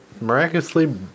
miraculously